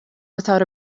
without